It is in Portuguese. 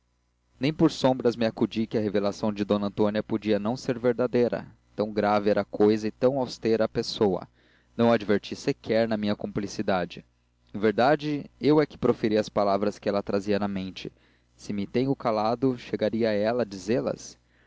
nem por sombras me acudiu que a revelação de d antônia podia não ser verdadeira tão grave era a cousa e tão austera a pessoa não adverti sequer na minha cumplicidade em verdade eu é que proferi as palavras que ela trazia na mente se me tenho calado chegaria ela a dizê las